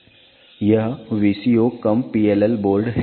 यह VCO cum PLL board है